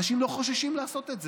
אנשים לא יחששו לעשות את זה.